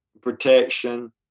protection